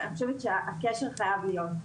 הקשר חייב להיות.